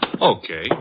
Okay